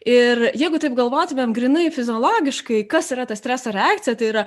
ir jeigu taip galvotumėm grynai fiziologiškai kas yra ta streso reakcija tai yra